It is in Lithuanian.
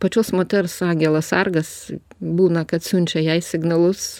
pačios moters angelas sargas būna kad siunčia jai signalus